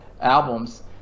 albums